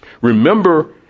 Remember